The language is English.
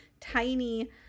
tiny